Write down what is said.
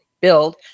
build